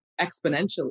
exponentially